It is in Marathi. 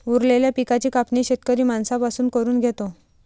उरलेल्या पिकाची कापणी शेतकरी माणसां पासून करून घेतो